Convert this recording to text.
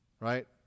right